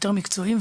יותר מקצועיים,